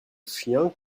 chien